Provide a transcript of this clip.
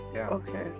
Okay